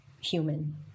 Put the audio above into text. human